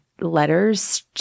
letters